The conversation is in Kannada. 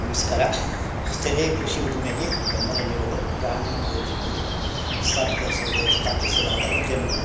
ನಮಸ್ಕಾರ ಸ್ಥಳೀಯ ಕೃಷಿ ಉದ್ದಿಮೆಗೆ ಬೆಂಬಲ ನೀಡಲು ಗ್ರಾಮೀಣ ಪ್ರದೇಶಗಳಲ್ಲಿ ಸ್ಥಾಪಿಸದ ಸ್ಥಾಪಿಸಲಾದ ಉದ್ಯಮಗಳು